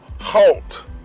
Halt